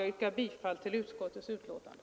Jag yrkar bifall till utskottets hemställan.